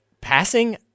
Passing